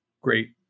great